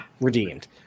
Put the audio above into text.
redeemed